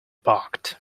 barked